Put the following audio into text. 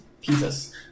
pieces